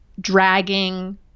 dragging